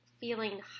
feeling